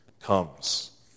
comes